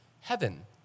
heaven